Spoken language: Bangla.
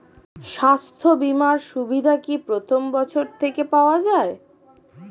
স্বাস্থ্য বীমার সুবিধা কি প্রথম বছর থেকে পাওয়া যায়?